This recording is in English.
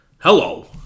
Hello